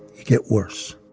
you get worse